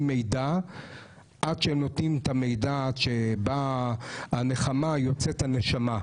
את המידע כשבאה הנחמה יוצאת הנשמה.